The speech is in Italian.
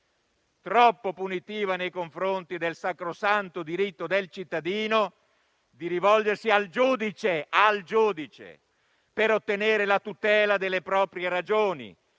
troppo punitiva nei confronti del sacrosanto diritto del cittadino di rivolgersi al giudice per ottenere la tutela delle proprie ragioni